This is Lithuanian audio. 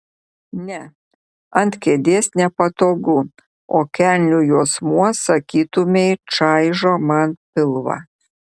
ne ant kėdės nepatogu o kelnių juosmuo sakytumei čaižo man pilvą